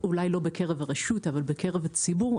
אולי לא בקרב ברשות אבל בקרב הציבור,